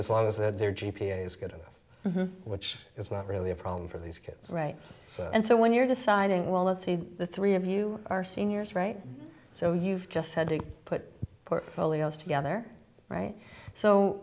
as long as they had their g p a is good enough which is not really a problem for these kids right and so when you're deciding well let's see the three of you are seniors right so you've just had to put portfolios together right so